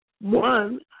one